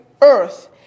earth